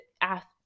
ask